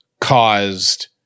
caused